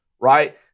Right